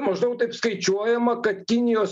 maždaug taip skaičiuojama kad kinijos